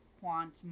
Quant